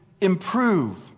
improve